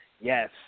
Yes